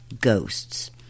ghosts